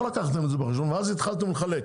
לא לקחתם את זה בחשבון ואז התחלתם לחלק,